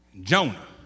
Jonah